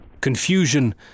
Confusion